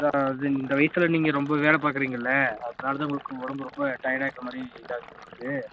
அதுதான் அதுவும் இந்த வயதுல நீங்கள் ரொம்ப வேலை பார்க்குறீங்க இல்லை அதனாலதான் உங்களுக்கு உடம்பு ரொம்ப டயர்டாக இருக்கமாதிரி இதாக இருக்குது உங்களுக்கு